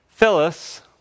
Phyllis